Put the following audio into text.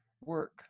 work